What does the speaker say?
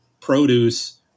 produce